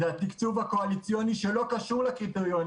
התקציב הקואליציוני שלא קשור לקריטריונים